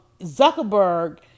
Zuckerberg